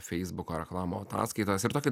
feisbuko reklamų ataskaitas ir tokį